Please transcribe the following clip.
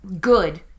good